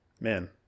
Man